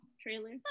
trailer